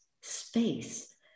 space